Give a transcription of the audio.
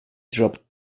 dropped